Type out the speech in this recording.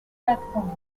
platforms